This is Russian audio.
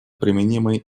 применимый